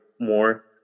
more